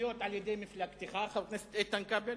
ההתנחלויות על-ידי מפלגתך, חבר הכנסת איתן כבל,